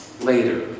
later